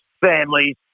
families